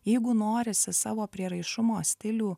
jeigu norisi savo prieraišumo stilių